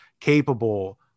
capable